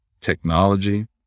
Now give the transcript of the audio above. technology